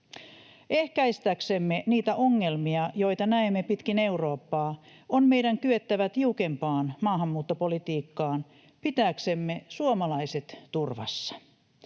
Ehkäistäksemme niitä ongelmia, joita näemme pitkin Eurooppaa, on meidän kyettävä tiukempaan maahanmuuttopolitiikkaan pitääksemme suomalaiset turvassa.